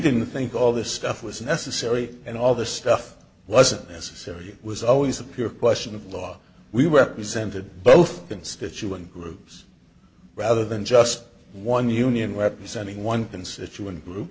didn't think all this stuff was necessary and all this stuff wasn't necessary was always a pure question of law we represented both constituent groups rather than just one union representing one can situ and group